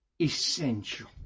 essential